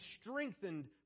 strengthened